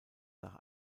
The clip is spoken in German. nach